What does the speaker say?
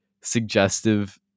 suggestive